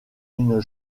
une